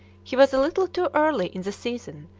he was a little too early in the season,